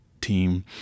team